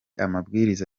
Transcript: amabwiriza